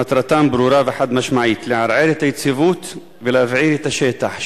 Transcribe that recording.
מטרתם ברורה וחד-משמעית: לערער את היציבות ולהבעיר את השטח.